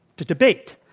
to debate,